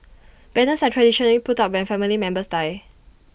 banners are traditionally put up when family members die